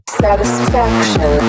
satisfaction